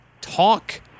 talk